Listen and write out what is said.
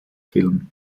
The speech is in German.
film